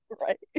Right